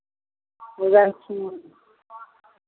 बुझलखिन